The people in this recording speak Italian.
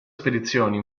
spedizioni